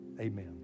Amen